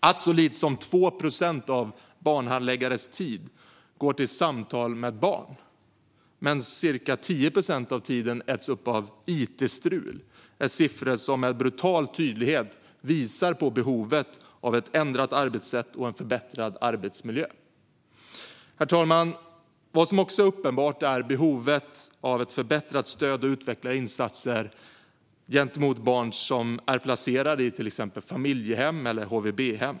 Att så lite som 2 procent av barnhandläggares tid går till samtal med barn medan ca 10 procent av tiden äts upp av it-strul är siffror som med brutal tydlighet visar på behovet av ett ändrat arbetssätt och en förbättrad arbetsmiljö. Herr talman! Vad som också är uppenbart är behovet av ett förbättrat stöd och utvecklade insatser gentemot barn som är placerade i till exempel familjehem eller HVB-hem.